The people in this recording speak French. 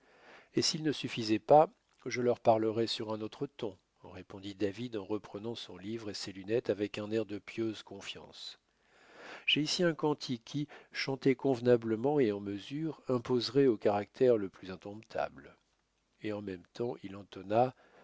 et s'il ne suffisait pas je leur parlerais sur un autre ton répondit david en reprenant son livre et ses lunettes avec un air de pieuse confiance j'ai ici un cantique qui chantait convenablement et en mesure imposerait au caractère le plus indomptable et en même temps il entonna